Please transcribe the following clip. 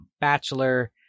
Bachelor